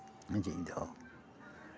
ᱡᱷᱤᱡ ᱫᱚᱦᱚ